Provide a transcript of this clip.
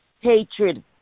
hatred